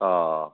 हा